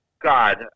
God